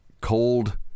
Cold